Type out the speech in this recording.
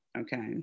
Okay